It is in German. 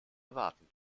erwarten